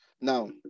now